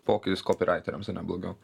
pokytis kopiraiteriams ane blogiau